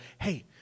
Hey